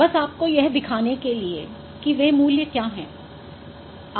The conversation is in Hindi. बस आपको यह दिखाने के लिए कि वे मूल्य क्या हैं